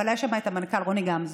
אבל היה שם המנכ"ל רוני גמזו.